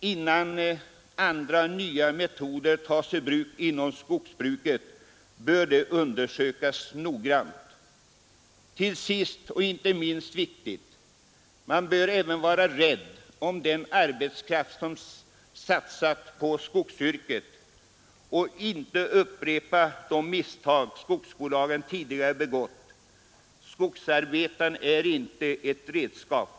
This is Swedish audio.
Innan andra och nya metoder tas i bruk inom skogsbruket bör de undersökas noggrant. Till sist — och det är inte det minst viktiga — bör man även vara rädd om den arbetskraft som satsat på skogsyrket. Man bör inte upprepa de misstag skogsbolagen tidigare begått. Skogsarbetaren är inte ett redskap.